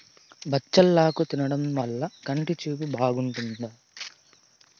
బచ్చలాకు తినడం వల్ల కంటి చూపు బాగుంటాది